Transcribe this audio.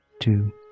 Two